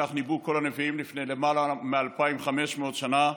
כך ניבאו כל הנביאים לפני למעלה מ-2,500 שנה,